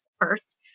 first